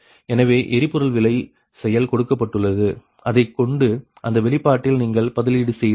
எனவே எரிபொருள் விலை செயல் கொடுக்கப்பட்டுள்ளது அதைக்கொண்டு அந்த வெளிப்பாட்டில் நீங்கள் பதிலீடு செய்து CPg222